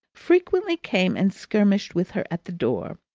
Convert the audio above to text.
frequently came and skirmished with her at the door,